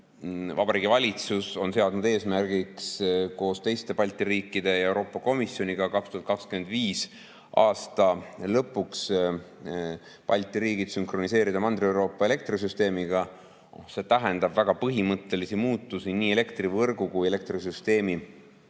Vabariigi Valitsus on seadnud eesmärgiks koos teiste Balti riikide ja Euroopa Komisjoniga 2025. aasta lõpuks Balti riigid sünkroniseerida Mandri-Euroopa elektrisüsteemiga. See tähendab väga põhimõttelisi muutusi nii elektrivõrgus kui ka elektrisüsteemis.